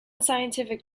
scientific